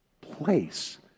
place